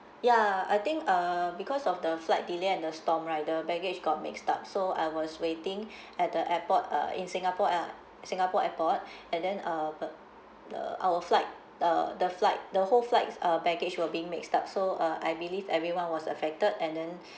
ya I think uh because of the flight delay and the storm right the baggage got mixed up so I was waiting at the airport uh in singapore uh singapore airport and then uh the our flight uh the flight the whole flight's uh baggage were being mixed up so uh I believe everyone was affected and then